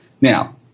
Now